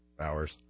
Hours